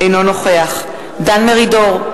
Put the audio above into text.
אינו נוכח דן מרידור,